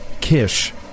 Kish